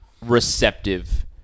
receptive